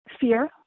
fear